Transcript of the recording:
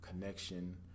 Connection